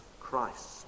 Christ